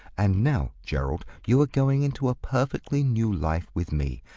and now, gerald, you are going into a perfectly new life with me,